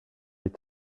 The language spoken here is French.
est